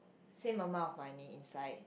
same amount of money inside